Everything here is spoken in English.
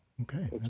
Okay